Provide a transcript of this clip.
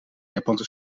japanse